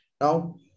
Now